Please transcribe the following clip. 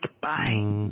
Bye